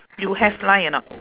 you have line or not